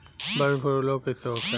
Bird flu रोग कईसे होखे?